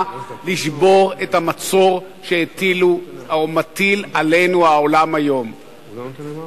לשבור את המצור שמטיל עלינו היום העולם.